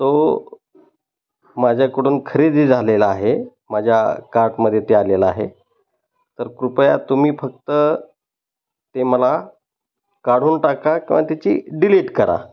तो माझ्याकडून खरेदी झालेला आहे माझ्या कार्टमध्ये ते आलेलं आहे तर कृपया तुम्ही फक्त ते मला काढून टाका किंवा त्याची डिलीट करा